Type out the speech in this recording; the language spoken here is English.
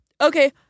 okay